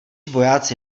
vojáci